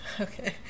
Okay